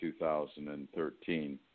2013